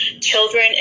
Children